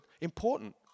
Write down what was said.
important